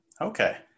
Okay